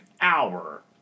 hour